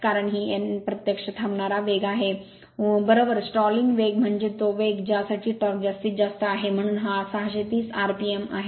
कारण ही n प्रत्यक्षात थांबणार वेग आहे उजवीकडे स्टॉलिंग वेग म्हणजे तो वेग ज्यासाठी टॉर्क जास्तीत जास्त उजवीकडे आहे म्हणून हा 630 आरपीएम rpm आहे